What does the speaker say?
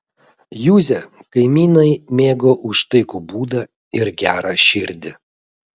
juzę kaimynai mėgo už taikų būdą ir gerą širdį